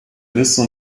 müssen